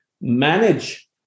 manage